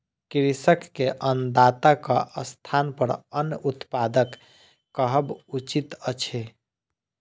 कृषक के अन्नदाताक स्थानपर अन्न उत्पादक कहब उचित अछि